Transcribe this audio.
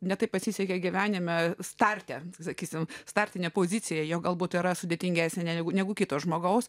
ne taip pasisekė gyvenime starte sakysime startinė pozicija jo galbūt yra sudėtingesnė negu kito žmogaus